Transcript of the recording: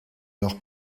leur